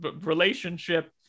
relationship